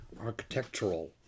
architectural